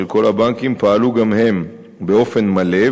של כל הבנקים פעלו גם הם באופן מלא,